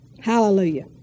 Hallelujah